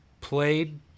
played